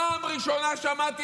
הפעם הראשונה ששמעתי